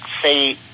say